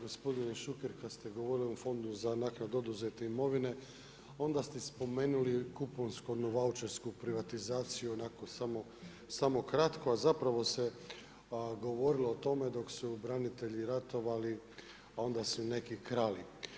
Gospodine Šuker kada ste govorili o Fondu za naknadu oduzete imovine onda ste spomenuli kuponsku … vaučersku privatizaciju onako samo kratko a zapravo se govorilo o tome dok su branitelji ratovali a onda su neki krali.